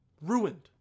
Ruined